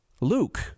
Luke